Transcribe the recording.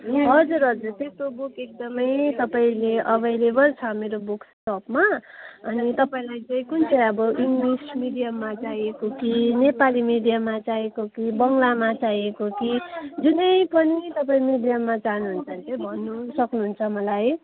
हजुर हजुर त्यस्तो बुक एकदमै तपाईँले अभैलेबल छ मेरो बुक सपमा अनि तपाईँलाई चाहिँ कुन चाहिँ अब इङ्लिस मिडियमा चाहिएको कि नेपाली मिडयममा चाहिएको कि बङ्गलामा चाइएको कि जुनै पनि तपाईँ मिडयममा चाहनुहुन्छ भने चाहिँ भन्नु सक्नुहुन्छ मलाई